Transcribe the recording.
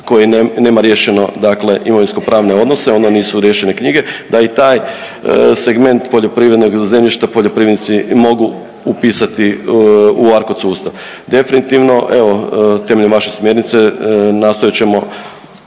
koje nema riješeno imovinsko pravne odnose, onda nisu riješene knjige da i taj segment poljoprivrednog zemljišta poljoprivrednici mogu upisati u ARKOD sustav. Definitivno evo temeljem vaše smjernice nastojat ćemo